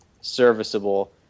serviceable